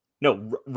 no